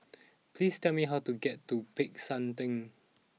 please tell me how to get to Peck San Theng